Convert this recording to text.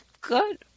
good